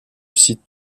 sites